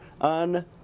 on